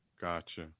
gotcha